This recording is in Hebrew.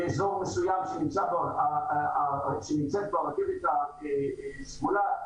אזור שנמצאת בו הרכבת הסגולה,